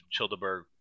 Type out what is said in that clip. Childeberg